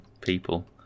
people